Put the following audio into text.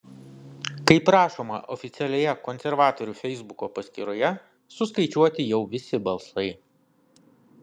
kaip rašoma oficialioje konservatorių feisbuko paskyroje suskaičiuoti jau visi balsai